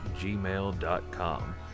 gmail.com